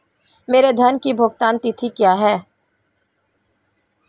मेरे ऋण की भुगतान तिथि क्या है?